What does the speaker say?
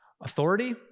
Authority